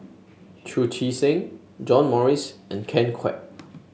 Chu Chee Seng John Morrice and Ken Kwek